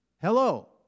Hello